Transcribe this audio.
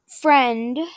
friend